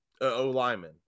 O-lineman